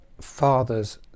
father's